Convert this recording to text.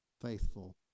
faithful